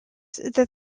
that